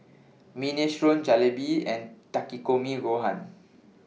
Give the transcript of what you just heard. Minestrone Jalebi and Takikomi Gohan